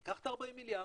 ניקח את ה-40 מיליארד,